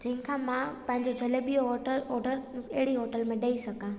जंहिं खां मां पंहिंजो जलेबीअ जो ऑडर ऑडर अहिड़ी होटल में ॾेई सघां